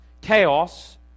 chaos